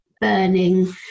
burning